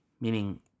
meaning